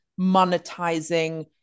monetizing